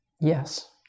Yes